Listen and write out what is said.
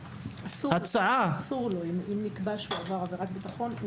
אם נקבע שהוא עבר עבירת ביטחון,